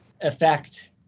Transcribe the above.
effect